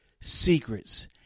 secrets